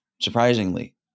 surprisingly